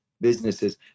businesses